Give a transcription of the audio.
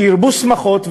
שירבו שמחות,